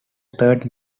thirds